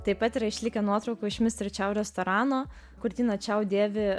taip pat yra išlikę nuotraukų iš mister čiau restorano kur tina čiau dėvi